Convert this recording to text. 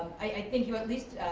i think you at least